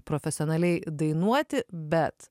profesionaliai dainuoti bet